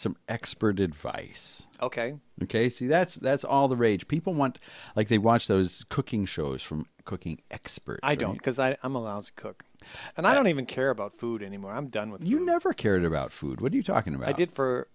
some expert advice ok ok see that's that's all the rage people want like they watch those cooking shows from cooking experts i don't because i'm a lousy cook and i don't even care about food anymore i'm done with you never cared about food what are you talking about i did for